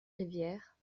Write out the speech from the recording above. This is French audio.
riviere